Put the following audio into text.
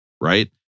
right